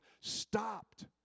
stopped